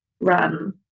run